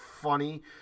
funny